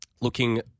looking